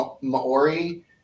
Maori